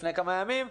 לפני כמה ימים.